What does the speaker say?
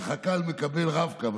וחכ"ל מקבל רב-קו,